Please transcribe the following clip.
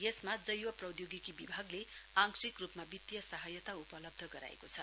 यसमा जैव प्रौध्योगिकी विभागले आंशिक रूपमा वित्तीय सहायता उपलब्ध गराएको छ